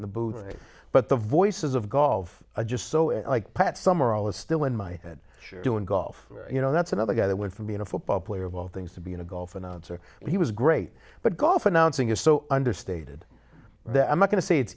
in the booth but the voices of golf just so it's like pat summerall is still in my head do in golf you know that's another guy that went from being a football player of all things to be in a golf announcer and he was great but golf announcing is so understated that i'm not going to say it's